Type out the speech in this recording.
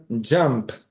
jump